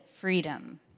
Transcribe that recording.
freedom